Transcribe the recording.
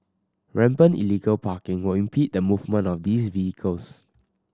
rampant illegal parking will impede the movement of these vehicles